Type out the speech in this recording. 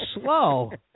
slow